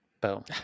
Boom